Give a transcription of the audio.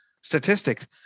statistics